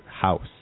house